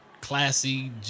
classy